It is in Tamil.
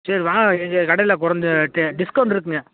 சரி வாங்க இது கடையில் கொறைஞ்ச டே டிஸ்கௌண்ட்ருக்குங்க